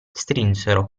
strinsero